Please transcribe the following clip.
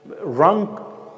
wrong